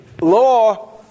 law